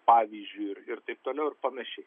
pavyzdžiui ir ir taip toliau ir panašiai